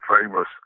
famous